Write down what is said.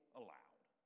allowed